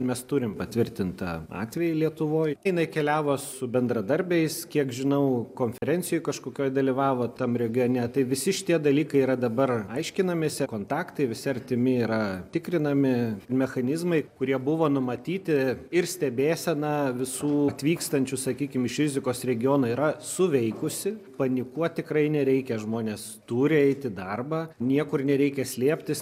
mes turim patvirtintą atvejį lietuvoj jinai keliavo su bendradarbiais kiek žinau konferencijoj kažkokioj dalyvavo tam regione tai visi šitie dalykai yra dabar aiškinamėsi kontaktai visi artimi yra tikrinami mechanizmai kurie buvo numatyti ir stebėsena visų atvykstančių sakykim iš rizikos regiono yra suveikusi panikuot tikrai nereikia žmonės turi eit į darbą niekur nereikia slėptis